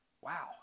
Wow